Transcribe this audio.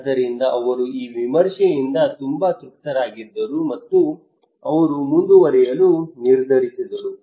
ಆದ್ದರಿಂದ ಅವರು ಈ ವಿಮರ್ಶೆಯಿಂದ ತುಂಬಾ ತೃಪ್ತರಾಗಿದ್ದರು ಮತ್ತು ಅವರು ಮುಂದುವರಿಯಲು ನಿರ್ಧರಿಸಿದರು